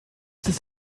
this